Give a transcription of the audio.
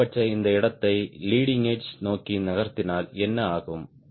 அதிகபட்ச இந்த இடத்தை லீடிங் எட்ஜ்மு நோக்கி நகர்த்தினால் என்ன ஆகும்